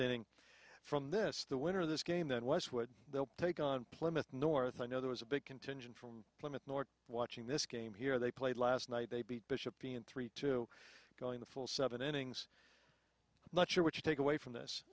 inning from this the winner of this game that was what they'll take on plymouth north i know there was a big contingent from plymouth north watching this game here they played last night they beat bishop ian three two going the full seven innings not sure what you take away from this